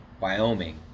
Wyoming